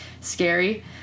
scary